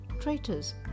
traitors